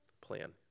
plan